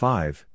Five